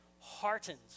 heartens